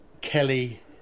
Kelly